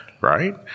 right